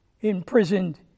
imprisoned